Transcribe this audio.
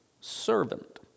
servant